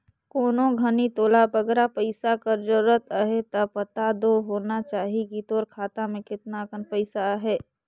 कोनो घनी तोला बगरा पइसा कर जरूरत अहे ता पता दो होना चाही कि तोर खाता में केतना अकन पइसा अहे